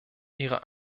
ihre